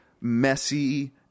messy